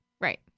Right